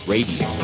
Radio